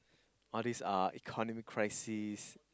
all these uh economic crisis